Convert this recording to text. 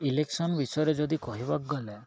election ବିଷୟରେ ଯଦି କହିବାକୁ ଗଲେ